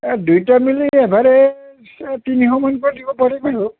এ দুইটা মিলি এভাৰেজ তিনিশ মানকৈ দিব পাৰিম আৰু